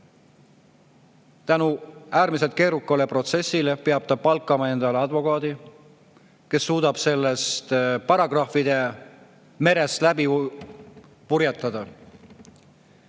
Äärmiselt keeruka protsessi tõttu peab ta palkama endale advokaadi, kes suudab sellest paragrahvide merest läbi purjetada.